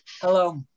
Hello